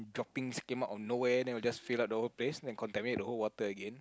droppings came out of nowhere then will just fill up the whole place and contaminate the whole water again